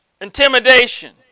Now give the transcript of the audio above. intimidation